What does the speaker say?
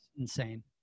insane